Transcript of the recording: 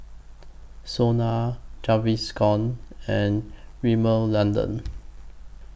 Sona Gaviscon and Rimmel London